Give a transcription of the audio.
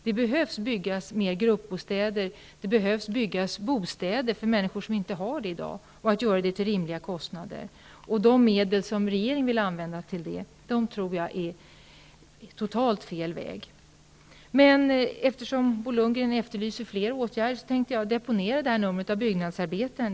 Det behöver byggas fler gruppbostäder, bostäder för människor som inte har en bostad i dag och göra det till rimliga kostnader. De medel som regeringen vill använda till det innebär en totalt fel väg. Eftersom Bo Lundgren efterlyser fler exempel tänker jag deponera det här numret av Byggnadsarbetaren.